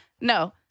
No